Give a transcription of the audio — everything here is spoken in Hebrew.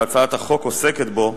שהצעת החוק עוסקת בו,